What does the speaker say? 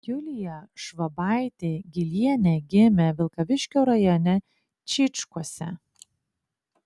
julija švabaitė gylienė gimė vilkaviškio rajone čyčkuose